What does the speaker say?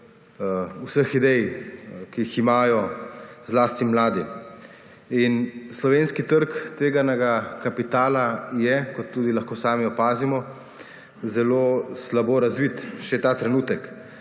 vseh idej, ki jih imajo zlasti mladi. In slovenski trg tveganega kapitala je, kot tudi lahko sami opazimo, zelo slabo razvit še ta trenutek